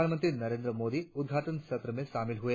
प्रधानमंत्री नरेंद्र मोदी उद्घाटन सत्र मे शामिल हुए